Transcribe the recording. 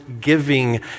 giving